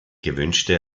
gewünschte